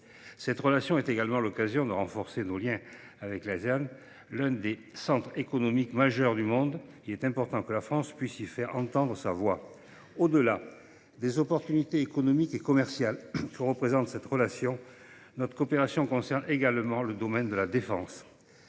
l’Association des nations de l’Asie du Sud Est (Asean), l’un des centres économiques majeurs du monde. Il est important que la France puisse y faire entendre sa voix. Au delà des opportunités économiques et commerciales que représentent cette relation, notre coopération concerne également le domaine de la défense.